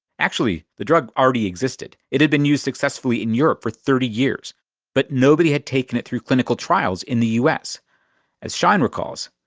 actually, the drug already existed, it had been used successfully in europe for thirty years but nobody had taken it through clinical trials in the us. as schein, recalls,